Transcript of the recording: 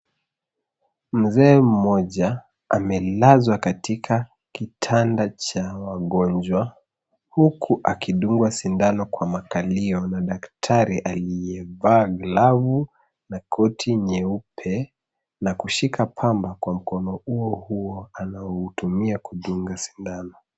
Mzee mmoja amelazwa katika kitanda cha wagonjwa. Huku akidungwa sindano kwa makalio na daktari aliyevaaglavu na koti nyeupe, na kushika pamba kwa mkono uo huo anaoutumia kudunga sindano.